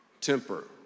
temper